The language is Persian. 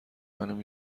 منو